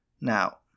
Now